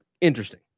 interesting